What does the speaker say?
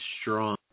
strong